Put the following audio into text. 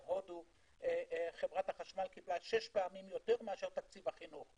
בהודו חברת החשמל קיבלה שש פעמים יותר מאשר תקציב החינוך,